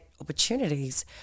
opportunities